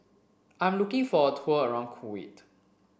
I'm looking for a tour around Kuwait